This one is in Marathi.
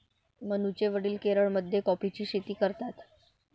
मनूचे वडील केरळमध्ये कॉफीची शेती करतात